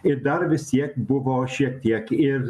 ir dar vis tiek buvo šiek tiek ir